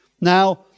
Now